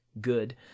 Good